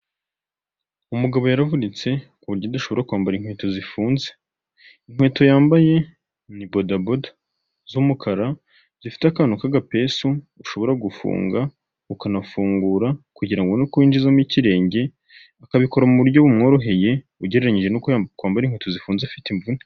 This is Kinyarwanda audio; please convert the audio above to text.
Umugabo yaravunitse kuburyo adashobora kwambara inkweto zifunze, inkweto yambaye ni bodaboda, z'umukara zifite akantu k'agapisu, ushobora gufunga ukanafungura kugirango ubone uko winjizamo ikirenge akabikora mu buryo bumworoheye ugereranije n'uko yakwambara ikweto zifunze afite imvune.